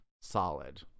solid